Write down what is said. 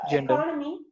economy